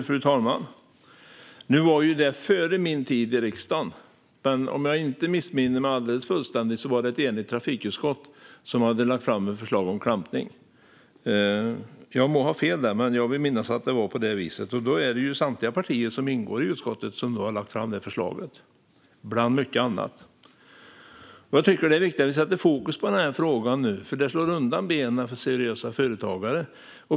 Fru talman! Nu var detta före min tid i riksdagen, men om jag inte missminner mig alldeles fullständigt var det ett enigt trafikutskott som hade lagt fram ett förslag om klampning. Jag må ha fel där, men jag vill minnas att det var på det viset. I så fall var det samtliga partier i utskottet som lade fram det förslaget - bland mycket annat. Jag tycker att det är viktigt att vi sätter fokus på den här frågan nu, för detta slår undan benen för seriösa företagare.